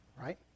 right